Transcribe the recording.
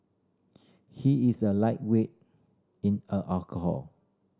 he is a lightweight in are alcohol